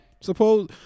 suppose